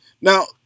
now